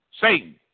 Satan